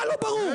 מה לא ברור?